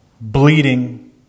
bleeding